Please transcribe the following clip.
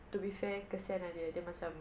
to be fair kasihan ah dia dia macam